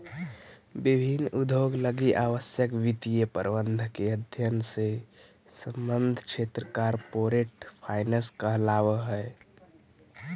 विभिन्न उद्योग लगी आवश्यक वित्तीय प्रबंधन के अध्ययन से संबद्ध क्षेत्र कॉरपोरेट फाइनेंस कहलावऽ हइ